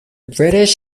british